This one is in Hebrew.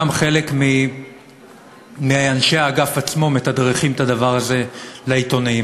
גם חלק מאנשי האגף עצמו מתדרכים בדבר הזה את העיתונאים,